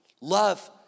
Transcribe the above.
Love